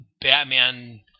Batman